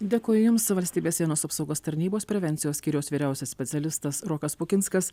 dėkoju jums valstybės sienos apsaugos tarnybos prevencijos skyriaus vyriausias specialistas rokas pukinskas